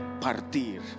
partir